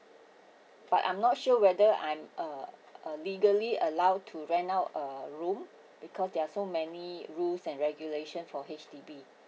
but I'm not sure whether I'm uh uh legally allowed to rent out a room because there are so many rules and regulation for H_D_B